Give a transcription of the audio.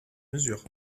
mesure